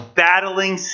battling